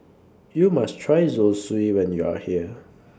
YOU must Try Zosui when YOU Are here